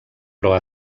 però